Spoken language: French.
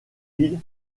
ville